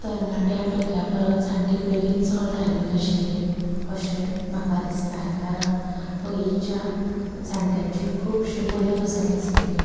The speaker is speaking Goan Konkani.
तरणाट्या पयल्या परस जाण्टीं पिळगींच चड धार्मीक आशिल्लीं अशें म्हाका दिसता कारण पयलीच्या जाण्ट्यांची खुबशी बऱ्यो गजाली आसलेल्यो